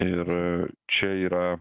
ir čia yra